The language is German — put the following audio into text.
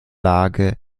lage